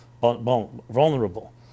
vulnerable